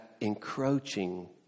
encroaching